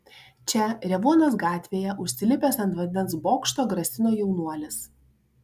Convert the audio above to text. čia revuonos gatvėje užsilipęs ant vandens bokšto grasino jaunuolis